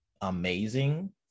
amazing